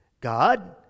God